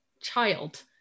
child